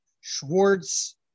Schwartz